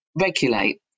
regulate